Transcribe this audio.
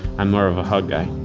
i'm more of a hug guy.